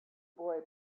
boy